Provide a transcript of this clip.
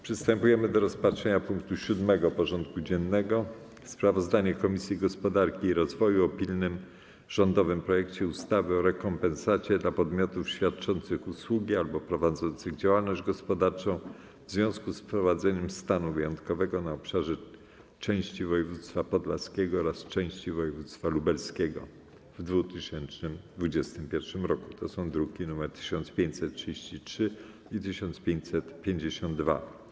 Przystępujemy do rozpatrzenia punktu 7. porządku dziennego: Sprawozdanie Komisji Gospodarki i Rozwoju o pilnym rządowym projekcie ustawy o rekompensacie dla podmiotów świadczących usługi albo prowadzących działalność gospodarczą w związku z wprowadzeniem stanu wyjątkowego na obszarze części województwa podlaskiego oraz części województwa lubelskiego w 2021 r. (druki nr 1533 i 1552)